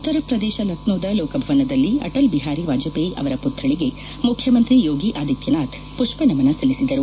ಉತ್ತರ ಪ್ರದೇಶ ಲಖನೌದ ಲೋಕಭವನದಲ್ಲಿ ಅಟಲ್ ಬಿಹಾರಿ ವಾಜಪೇಯಿ ಅವರ ಪುತ್ತಳಿಗೆ ಮುಖ್ಯಮಂತ್ರಿ ಯೋಗಿ ಆದಿತ್ಲನಾಥ್ ಮಷ್ವನಮನ ಸಲ್ಲಿಸಿದರು